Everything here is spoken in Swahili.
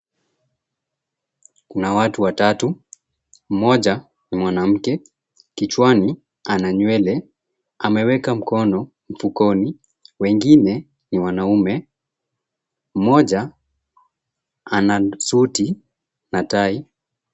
Kuna watu watatu, mmoja ni mwanamke kichwani ana nywele. Ameweka mkono mfukoni, wengine ni wanaume, mmoja ana suti na tai.